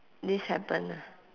this happen ah